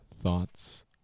thoughts